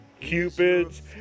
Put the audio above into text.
Cupid's